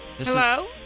Hello